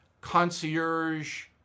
concierge